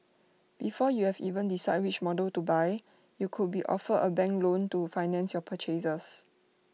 before you've even decided which models to buy you could be offered A banking loan to finance your purchase